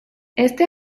este